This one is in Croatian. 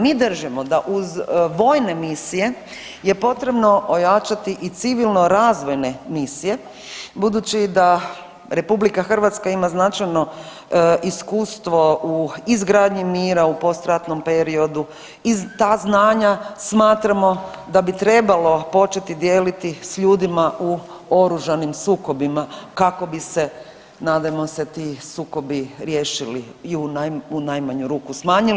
Mi držimo da uz vojne misije je potrebno ojačati i civilno razvojne misije budući da RH ima značajno iskustvo u izgradnji mira u postratnom periodu i ta znanja smatramo da bi trebalo početi dijeliti s ljudima u oružanim sukobima kako bi se nadajmo se ti sukobi riješili i u najmanju ruku smanjili.